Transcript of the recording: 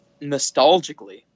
nostalgically